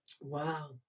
Wow